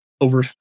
over